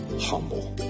humble